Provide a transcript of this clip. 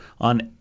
on